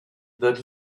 that